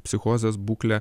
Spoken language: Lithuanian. psichozės būklę